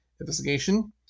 investigation